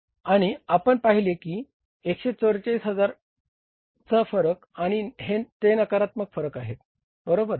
आणि आपण पाहिले आहे की 144 हजारांचा फरक आहे आणि ते नकारात्मक फरक आहेत बरोबर